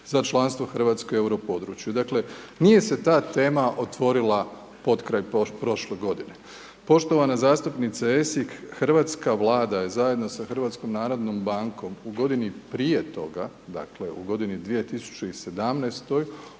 za članstvo Hrvatske u euro području, dakle nije se ta tema otvorila potkraj prošle godine. Poštovana zastupnice Esih, hrvatska Vlada je zajedno sa HNB-om u godini prije toga, dakle u godini 2017.,